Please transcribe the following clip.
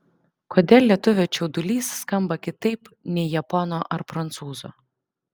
kodėl lietuvio čiaudulys skamba kitaip nei japono ar prancūzo